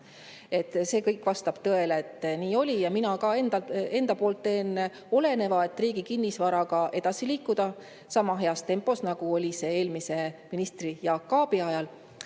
See kõik vastab tõele, et nii oli. Ma teen endast oleneva, et riigi kinnisvaraga edasi liikuda sama heas tempos, nagu oli see eelmise ministri, Jaak Aabi ajal.